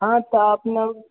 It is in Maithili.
हँ तऽ अपने